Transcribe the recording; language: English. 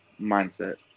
mindset